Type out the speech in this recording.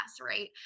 Right